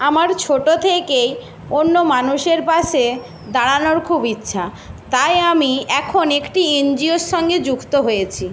আমার ছোটো থেকেই অন্য মানুষের পাশে দাঁড়ানোর খুব ইচ্ছা তাই আমি এখন একটি এনজিওর সঙ্গে যুক্ত হয়েছি